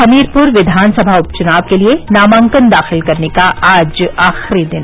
हमीरपुर विघानसभा उप चुनाव के लिए नामांकन दाखिल करने का आज आखिरी दिन